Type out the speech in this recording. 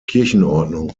kirchenordnung